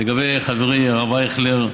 לגבי חברי הרב אייכלר,